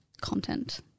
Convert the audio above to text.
content